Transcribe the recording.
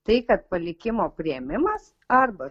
tai kad palikimo priėmimas arba